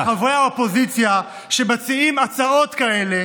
הרי שחברי האופוזיציה שמציעים הצעות כאלה